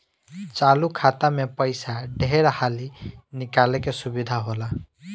चालु खाता मे पइसा ढेर हाली निकाले के सुविधा होला